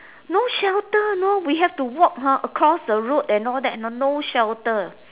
no shelter know we have to walk ah across the road and all that ah no shelter